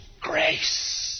grace